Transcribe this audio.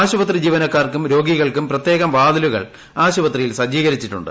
ആശുപത്രി ജീവനക്കാർക്കും രോഗികൾക്കും പ്രത്യേകം വാതിലുകൾ ആശുപത്രിയിൽ സജ്ജീകരിച്ചിട്ടുണ്ട്